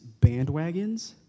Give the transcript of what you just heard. bandwagons